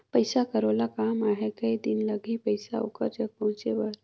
पइसा कर ओला काम आहे कये दिन लगही पइसा ओकर जग पहुंचे बर?